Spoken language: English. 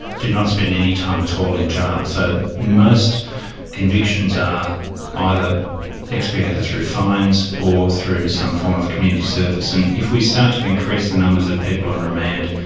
do not spend any time at all in jail. so most convictions are either expiated through fines, or through some form of community service, and if we start to increase the numbers of people on remand,